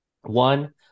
one